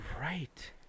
right